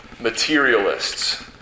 materialists